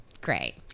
Great